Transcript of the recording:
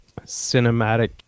cinematic